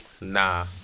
nah